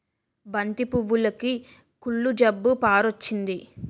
బంతి పువ్వులుకి కుళ్ళు జబ్బు పారొచ్చింది